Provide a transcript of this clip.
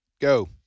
Go